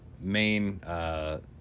main